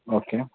okay